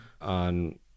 on